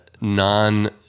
non